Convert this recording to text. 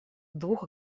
двух